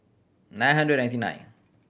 nine hundred ninety nine